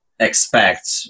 expect